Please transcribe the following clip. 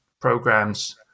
programs